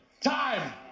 Time